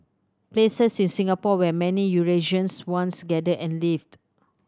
places in Singapore where many Eurasians once gathered and lived